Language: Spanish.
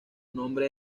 nombre